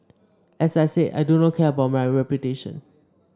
as I said I do not care about my reputation